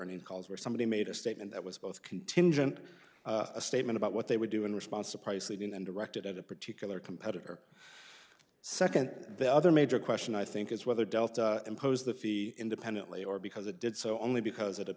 in calls where somebody made a statement that was both contingent a statement about what they would do in response to price leading and directed at a particular competitor second the other major question i think is whether delta imposed the fee independently or because it did so only because it had